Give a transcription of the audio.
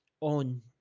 on